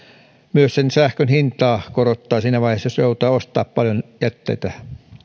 myös sähkön hintaa korottaa siinä vaiheessa jos joudutaan ostamaan paljon jätteitä